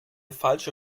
falsche